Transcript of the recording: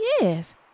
yes